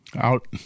out